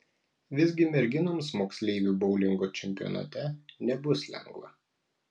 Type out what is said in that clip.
visgi merginoms moksleivių boulingo čempionate nebus lengva